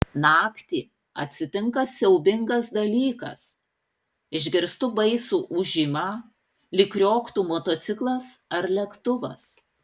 naktį atsitinka siaubingas dalykas išgirstu baisų ūžimą lyg krioktų motociklas ar lėktuvas